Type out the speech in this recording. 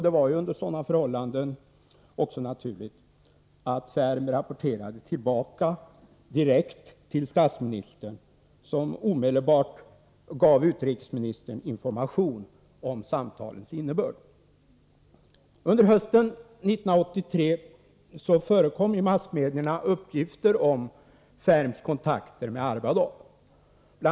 Det var under sådana förhållanden också naturligt att Ferm rapporterade tillbaka direkt till statsministern, som omedelbart gav utrikesministern information om samtalens innebörd. Under hösten 1983 förekom i massmedierna uppgifter om Ferms kontakter med Arbatov. Bl.